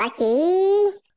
Lucky